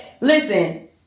listen